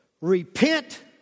repent